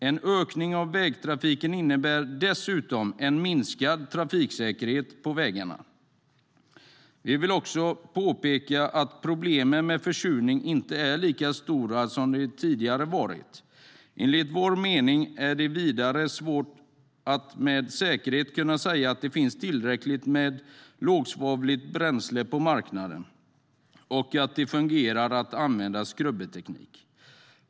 En ökning av vägtrafiken innebär dessutom en minskad trafiksäkerhet på vägarna. Vi vill också påpeka att problemen med försurning inte är lika stora som de tidigare har varit. Enligt vår mening är det vidare svårt att med säkerhet kunna säga att det finns tillräckligt med lågsvavligt bränsle på marknaden och att det fungerar att använda skrubberteknik.